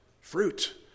Fruit